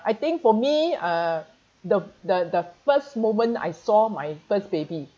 I think for me uh the the the first moment I saw my first baby